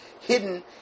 hidden